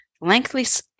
lengthy